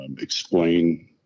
explain